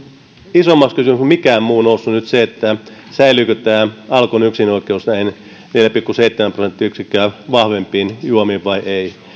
isommaksi kysymykseksi kuin mikään muu noussut nyt se säilyykö tämä alkon yksinoikeus näihin neljää pilkku seitsemää prosenttiyksikköä vahvempiin juomiin vai ei